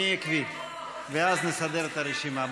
ואז נסדר את הרשימה.